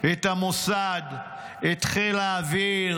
את המוסד, את חיל האוויר,